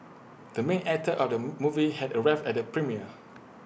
the main actor of the movie had arrived at the premiere